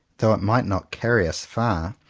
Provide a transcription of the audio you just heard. though it might not carry us far,